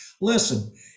listen